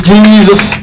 Jesus